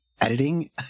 editing